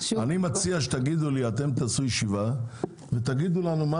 אני מציע שאתם תעשו ישיבה ותגידו לנו מה